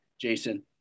Jason